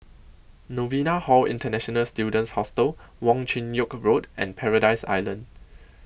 Novena Hall International Students Hostel Wong Chin Yoke Road and Paradise Island